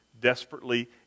desperately